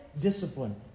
Discipline